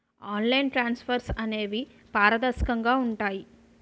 online transfers అనేవి పారదర్శకంగా ఉంటాయి